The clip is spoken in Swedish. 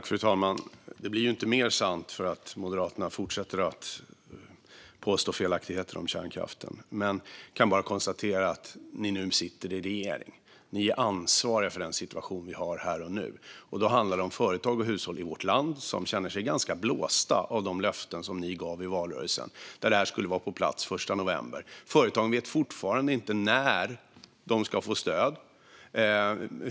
Fru talman! Det blir inte mer sant för att Moderaterna fortsätter att påstå felaktigheter om kärnkraften. Jag kan bara konstatera att ni nu sitter i regeringen, det vill säga att ni är ansvariga för den situation vi har här och nu. Det handlar om företag och hushåll i vårt land som känner sig ganska blåsta av de löften som ni gav i valrörelsen. Stödet skulle vara på plats den 1 november. Företagen vet fortfarande inte när de ska få stöd.